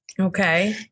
Okay